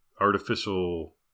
artificial